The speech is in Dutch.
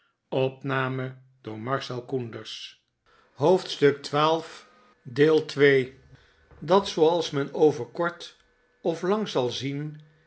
dat zooals men over kort of lang zal zien